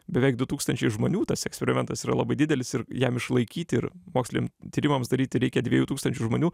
beveik du tūkstančiai žmonių tas eksperimentas yra labai didelis ir jam išlaikyti ir moksliniam tyrimams daryti reikia dviejų tūkstančių žmonių